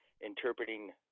interpreting